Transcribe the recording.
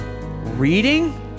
reading